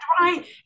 right